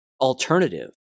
Alternative